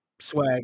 swag